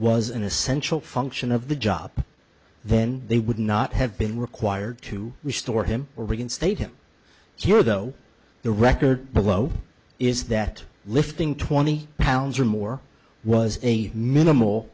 was an essential function of the job then they would not have been required to restore him or reinstate him here though the record below is that lifting twenty pounds or more was a minimal